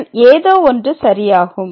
இதில் ஏதோ ஒன்று சரியாகும்